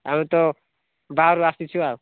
ଆମେ ତ ବାହାରୁ ଆସିଛୁ ଆଉ